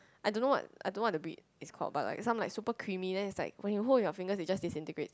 I don't know want I don't want to break is cold but like some like super creamy then is like when you hold your finger it just disintegrates